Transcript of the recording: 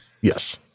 yes